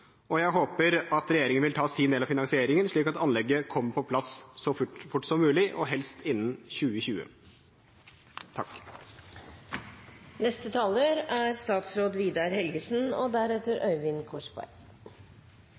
og jeg håper at regjeringen vil ta sin del av finansieringen, slik at anlegget kommer på plass så fort som mulig og helst innen 2020.